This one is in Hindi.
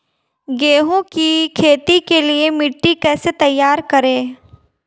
गेहूँ की खेती के लिए मिट्टी कैसे तैयार करें?